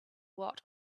what